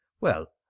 Well